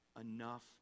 enough